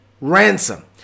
ransom